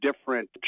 different